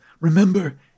remember